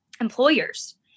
employers